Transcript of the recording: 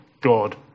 God